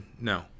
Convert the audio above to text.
No